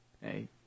Hey